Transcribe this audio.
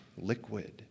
liquid